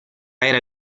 era